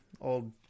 old